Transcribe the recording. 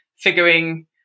figuring